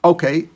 Okay